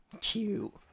Cute